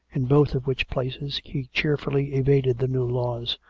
in both of which places he cheerfully evaded the new laws,